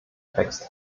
text